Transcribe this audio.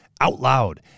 OUTLOUD